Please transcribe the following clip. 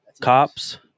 Cops